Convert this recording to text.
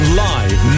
live